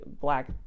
black